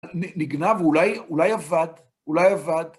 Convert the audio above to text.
נגנב אולי, אולי אבד? אולי אבד?